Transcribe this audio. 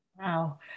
Wow